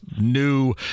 new